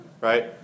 Right